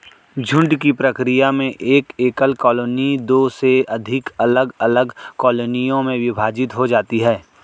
झुंड की प्रक्रिया में एक एकल कॉलोनी दो से अधिक अलग अलग कॉलोनियों में विभाजित हो जाती है